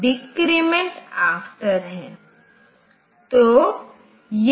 तो R14 यह है R14 ब्लॉक के अंत की ओर इशारा कर रहा है और R13 गंतव्य की शुरुआत को